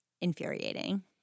infuriating